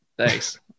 Thanks